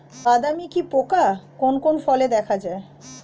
বাদামি কি পোকা কোন কোন ফলে দেখা যায়?